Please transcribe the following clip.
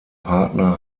partner